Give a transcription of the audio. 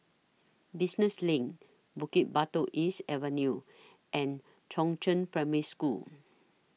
Business LINK Bukit Batok East Avenue and Chongzheng Primary School